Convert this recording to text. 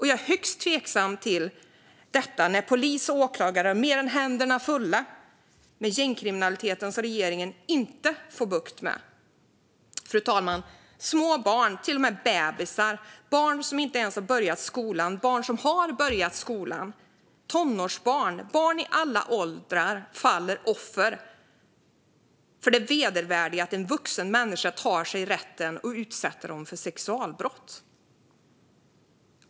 Jag är högst tveksam till detta när polis och åklagare har mer än händerna fulla med gängkriminaliteten, som regeringen inte får bukt med. Fru talman! Små barn, till och med bebisar, barn som inte ens har börjat skolan, barn som har börjat skolan, tonårsbarn och barn i alla åldrar faller offer för det vedervärdiga i att en vuxen människa tar sig rätten att utsätta dem för sexualbrott.